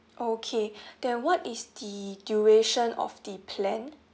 okay then what is the duration of the plan